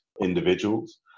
individuals